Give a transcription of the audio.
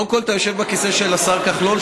קודם כול, אתה יושב בכיסא של השר כחלון.